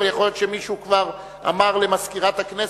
אבל יכול להיות שמישהו כבר אמר למזכירת הכנסת,